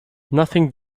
nothing